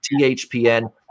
THPN